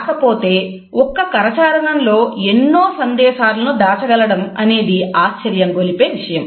కాకపోతే ఒక్క కరచాలనంలో ఎన్నో సందేశాలను దాచగలగడం అనేది ఆశ్చర్యం గొలిపే విషయం